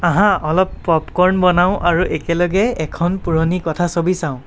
আহা অলপ পপকৰ্ণ বনাওঁ আৰু একেলগে এখন পুৰণি কথাছবি চাওঁ